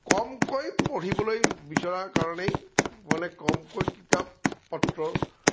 কমকৈ পঢ়িবলৈ বিচৰাৰ কাৰণেই মানে কমকৈ কিতাপ পত্ৰৰ